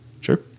Sure